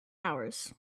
hours